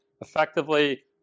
effectively